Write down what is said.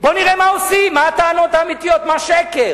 בוא נראה מה עושים, מה הטענות האמיתיות, מה שקר.